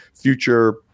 future